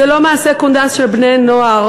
זה לא מעשה קונדס של בני-נוער.